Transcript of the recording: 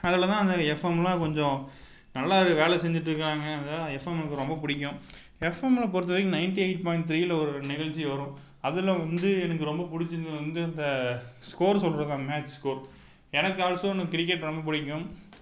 அதில்தான் அந்த எஃப்எம்லாம் கொஞ்சம் நல்லா இது வேலை செஞ்சுட்டு இருக்காங்க அதுக்காக எஃப்எம் எனக்கு ரொம்ப பிடிக்கும் எஃப்எம்மில் பொறுத்தவரைக்கும் நயன்டி எயிட் த்ரீயில் ஒரு நிகழ்ச்சி வரும் அதில் வந்து எனக்கு ரொம்ப பிடிச்சிருந்தது வந்து இந்த ஸ்கோர் சொல்வது அந்த மேட்ச் ஸ்கோர் எனக்கு ஆல்ஸோ இன்னும் கிரிக்கெட் ரொம்ப பிடிக்கும்